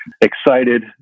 excited